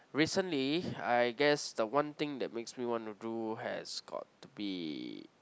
recently I guess the one thing that makes me want to do has got to be